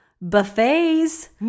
Buffets